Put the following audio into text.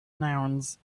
nouns